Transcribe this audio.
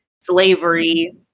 slavery